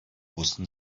wussten